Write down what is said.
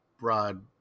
broad